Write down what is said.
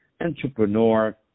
entrepreneur